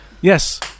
Yes